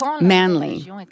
manly